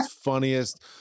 funniest